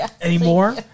anymore